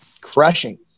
crushing